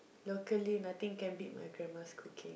locally nothing can beat my grandma's cooking